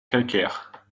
calcaire